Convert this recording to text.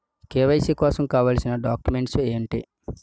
KYC కోసం కావాల్సిన documents ఎంటి?